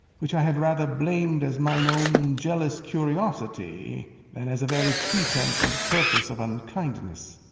which i have rather blamed as mine own jealous curiosity than as a very pretence and purpose of unkindness.